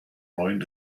neuen